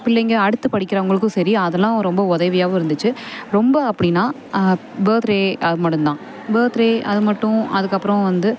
பிள்ளைங்க அடுத்து படிக்கிறவங்களுக்கும் சரி அதெல்லாம் ரொம்ப ஒதவியாகவும் இருந்துச்சு ரொம்ப அப்படின்னா பர்த்டே அது மட்டும் தான் பர்த்டே அது மட்டும் அதுக்கப்புறம் வந்து